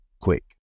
quick